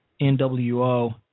NWO